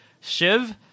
shiv